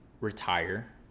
retire